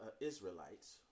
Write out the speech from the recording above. Israelites